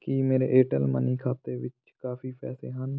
ਕੀ ਮੇਰੇ Airtel money ਖਾਤੇ ਵਿੱਚ ਕਾਫ਼ੀ ਪੈਸੇ ਹਨ